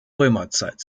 römerzeit